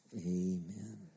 Amen